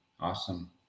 Awesome